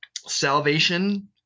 Salvation